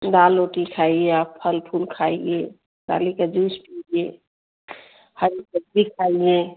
दाल रोटी खाइए आप फल फूल खाइए दलिए का जूस पीजिए हरी सब्ज़ी खाइए